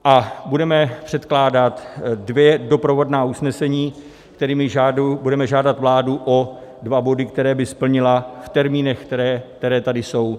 A budeme předkládat dvě doprovodná usnesení, kterými budeme žádat vládu o dva body, které by splnila v termínech, které tady jsou.